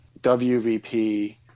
WVP